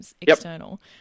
external